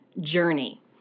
journey